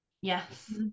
Yes